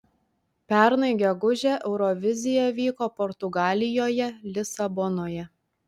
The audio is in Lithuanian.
pernai gegužę eurovizija vyko portugalijoje lisabonoje